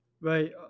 Right